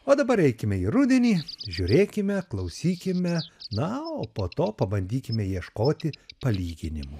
o dabar eikime į rudenį žiūrėkime klausykime na o po to pabandykime ieškoti palyginimų